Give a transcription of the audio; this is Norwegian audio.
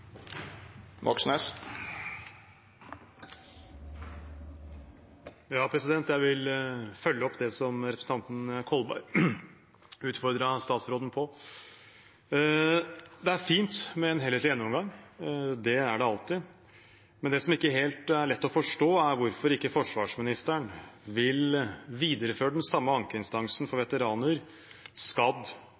Jeg vil følge opp det som representanten Kolberg utfordret statsråden på. Det er fint med en helhetlig gjennomgang – det er det alltid – men det som ikke er helt lett å forstå, er hvorfor forsvarsministeren ikke vil videreføre den samme ankeinstansen for veteraner